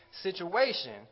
situation